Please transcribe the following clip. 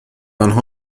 آنها